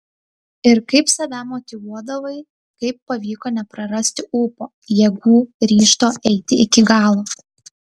ir kaip save motyvuodavai kaip pavyko neprarasti ūpo jėgų ryžto eiti iki galo